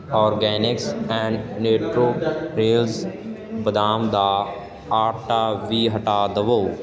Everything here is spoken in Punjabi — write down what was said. ਓਰਗੈਨਿਕਸ ਐਂਡ ਨੇਟਰੋਰੇਲਸ ਬਦਾਮ ਦਾ ਆਟਾ ਵੀ ਹਟਾ ਦੇਵੋ